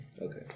Okay